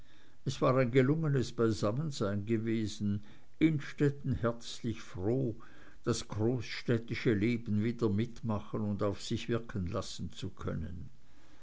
es war ein gelungenes beisammensein gewesen innstetten herzlich froh das großstädtische leben wieder mitmachen und auf sich wirken lassen zu können